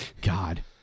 God